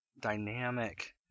dynamic